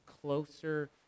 closer